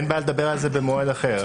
ואין בעיה לדבר על זה במועד אחר,